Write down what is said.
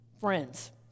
friends